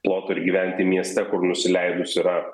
ploto ir gyventi mieste kur nusileidus yra